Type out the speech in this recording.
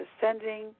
sending